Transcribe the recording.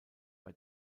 bei